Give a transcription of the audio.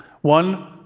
One